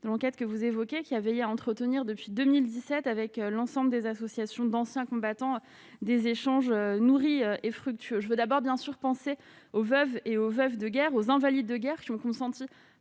de l'enquête que vous évoquez, qui a veillé à entretenir depuis 2017 avec l'ensemble des associations d'anciens combattants des échanges nourris et fructueux, je veux d'abord bien sûr penser aux veufs et aux veuves de guerre aux invalides de guerre qui ont consenti